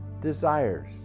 desires